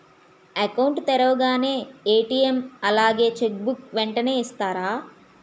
Account తెరవగానే ATM అలాగే cheque book వెంటనే ఇస్తారా?